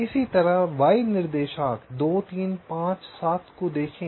तो इसी तरह y निर्देशांक 2 3 5 7 को देखें